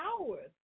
hours